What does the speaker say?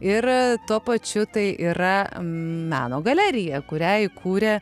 ir tuo pačiu tai yra meno galerija kurią įkūrė